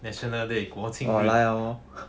national day 国庆日